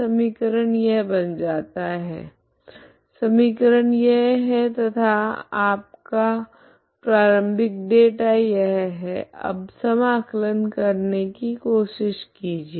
समीकरण यह बन जाती है समीकरण यह है तथा आपका प्रारम्भिक डेटा यह है अब समाकलन करना की कोशिश कीजिए